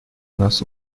нас